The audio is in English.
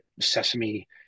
Sesame